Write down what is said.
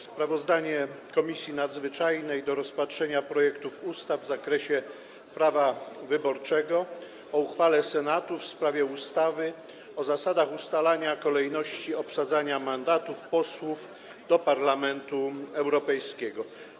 Sprawozdanie Komisji Nadzwyczajnej do rozpatrzenia projektów ustaw z zakresu prawa wyborczego o uchwale Senatu w sprawie ustawy o zasadach ustalenia kolejności obsadzania mandatów posłów do Parlamentu Europejskiego.